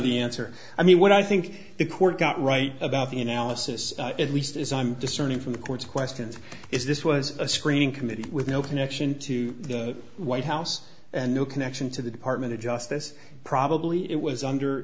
the answer i mean what i think the court got right about the analysis at least is i'm discerning from the court's questions is this was a screening committee with no connection to the white house and no connection to the department of justice probably it was under